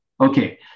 Okay